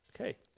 Okay